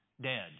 dead